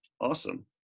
awesome